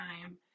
time